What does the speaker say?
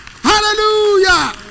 Hallelujah